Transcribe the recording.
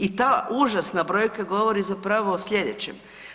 I ta užasna brojka govori zapravo o slijedećem.